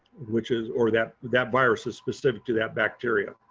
which is or that that virus is specific to that bacteria.